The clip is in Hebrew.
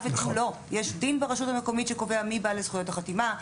יש דין ברשות המקומית שקובע מי בעלי זכויות החתימה.